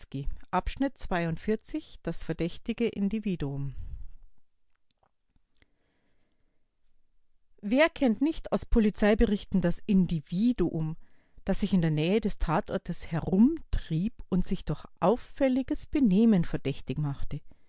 das verdächtige individuum wer kennt nicht aus polizeiberichten das individuum das sich in der nähe des tatortes herumtrieb und sich durch auffälliges benehmen verdächtig machte